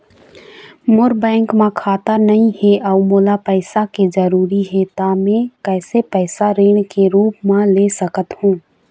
मोर bank म खाता नई हे अउ मोला पैसा के जरूरी हे त मे कैसे पैसा ऋण के रूप म ले सकत हो?